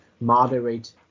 moderate